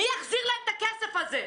מי יחזיר להם את הכסף הזה?